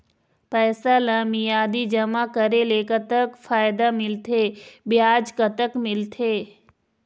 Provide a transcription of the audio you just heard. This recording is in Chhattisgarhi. पैसा ला मियादी जमा करेले, कतक फायदा मिलथे, ब्याज कतक मिलथे?